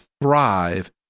thrive